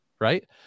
right